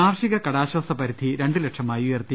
കാർഷിക കടാശ്വാസ പരിധി രണ്ട് ലക്ഷമായി ഉയർത്തി